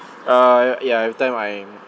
uh ya every time I'm